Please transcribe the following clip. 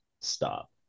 stop